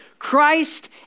Christ